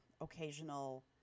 occasional